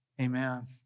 Amen